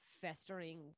festering